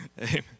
Amen